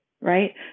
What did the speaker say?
right